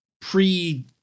pre